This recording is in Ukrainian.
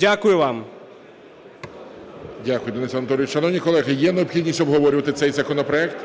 Дякую вам. ГОЛОВУЮЧИЙ. Дякую, Денис Анатолійович. Шановні колеги, є необхідність обговорювати цей законопроект?